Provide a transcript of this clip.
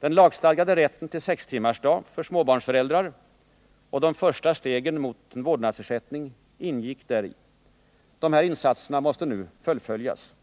Den lagstadgade rätten till sextimmarsdag för småbarnsföräldrar och de första stegen mot en vårdnadsersättning ingick däri. De här insatserna måste nu fullföljas.